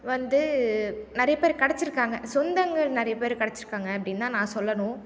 வந்து நிறையப்பேர் கிடச்சிருக்காங்க சொந்தங்கள் நிறையப்பேர் கிடச்சிருக்காங்க அப்படின்னு தான் நான் சொல்லணும்